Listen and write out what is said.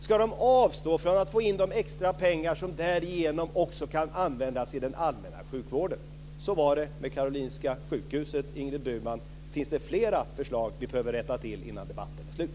Ska de avstå från att få in de extra pengar som därigenom också kan användas i den allmänna sjukvården? Så var det med Karolinska sjukhuset, Ingrid Burman. Finns det fler förslag på saker som vi behöver rätta till innan debatten är slut?